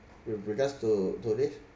with regards to to this